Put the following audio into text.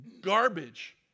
garbage